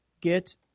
get